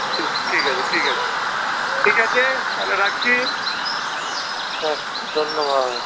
ঠিক ঠিক আছে ঠিক আছে ঠিক আছে তাহলে রাখছি হ্যাঁ ধন্যবাদ